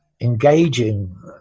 engaging